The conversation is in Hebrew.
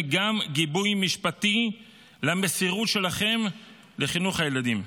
גם גיבוי משפטי למסירות שלכם לחינוך הילדים.